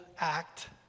act